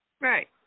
right